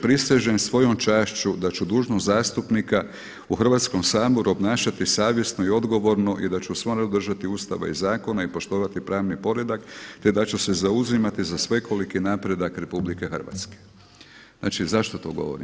Prisežem svojom čašću da ću dužnost zastupnika u Hrvatskom saboru obnašati savjesno i odgovorno i da ću se uvijek držati Ustava i zakona i poštovati pravni poreda, te da ću se zauzimati za svekoliki napredak RH.“ Znači zašto to govorim?